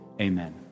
Amen